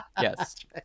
yes